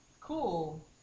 cool